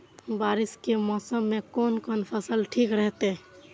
बारिश के मौसम में कोन कोन फसल ठीक रहते?